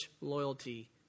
loyalty